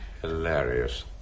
Hilarious